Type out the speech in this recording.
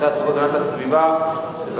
הצעת חוק הגנת הסביבה (שימוש מושכל במשאבי הטבע,